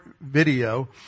video